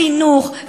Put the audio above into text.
חינוך,